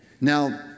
Now